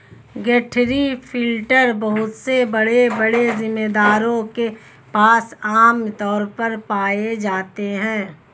गठरी लिफ्टर बहुत से बड़े बड़े जमींदारों के पास आम तौर पर पाए जाते है